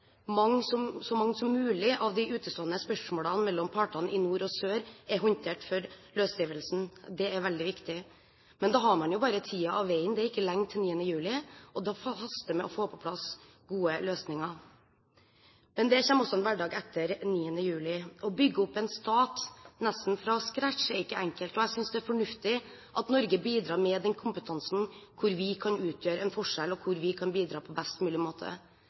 mange som mulig av de utestående spørsmålene mellom partene i nord og sør er håndtert før løsrivelsen, det er veldig viktig. Men da har man jo bare tiden og veien. Det er ikke lenge til 9. juli, og det haster med å få på plass gode løsninger. Men det kommer også en hverdag etter 9. juli. Å bygge opp en stat nesten fra scratch er ikke enkelt. Jeg synes det er fornuftig at Norge bidrar med den kompetansen hvor vi kan utgjøre en forskjell, og hvor vi kan bidra på best mulig måte,